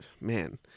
Man